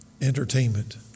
entertainment